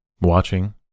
watching